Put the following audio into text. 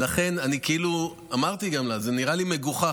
לכן אמרתי גם לה שזה נראה לי מגוחך.